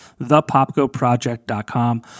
thepopgoproject.com